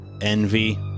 Envy